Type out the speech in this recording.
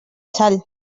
sal